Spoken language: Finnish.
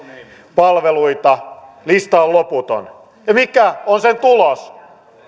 palveluita lista on on loputon ja mikä on sen tulos